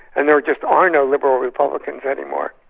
and there just are no liberal republicans anymore.